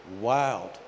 wild